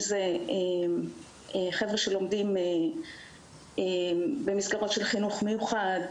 יש כאלה שלומדים במסגרות חינוך מיוחד,